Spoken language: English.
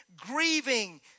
grieving